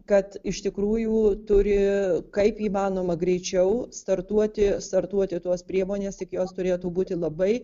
kad iš tikrųjų turi kaip įmanoma greičiau startuoti startuoti tos priemonės tik jos turėtų būti labai